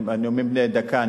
לנאומים בני דקה,